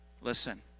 listen